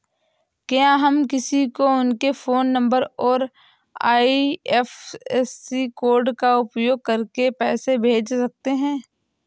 क्या हम किसी को उनके फोन नंबर और आई.एफ.एस.सी कोड का उपयोग करके पैसे कैसे भेज सकते हैं?